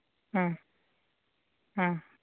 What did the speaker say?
ᱦᱮᱸ ᱦᱮᱸ